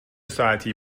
ساعتی